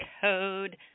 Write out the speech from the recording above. code